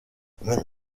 menya